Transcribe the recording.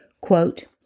Quote